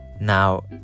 now